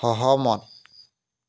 সহমত